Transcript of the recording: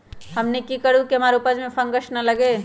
हमनी की करू की हमार उपज में फंगस ना लगे?